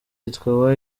yitwa